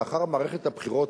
לאחר מערכת הבחירות